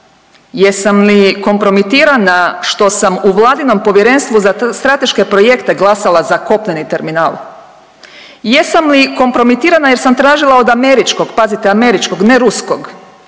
jesam li kompromitirana što sam u Vladinom Povjerenstvu za strateške projekte glasala za kopneni terminal, jesam li kompromitirana jer sam tražila od američkog, pazite američkog ne ruskog